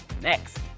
Next